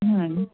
হুম